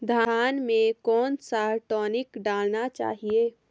धान में कौन सा टॉनिक डालना चाहिए?